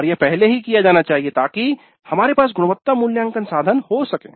और यह पहले ही किया जाना चाहिए ताकि हमारे पास गुणवत्ता मूल्यांकन साधन हो सकें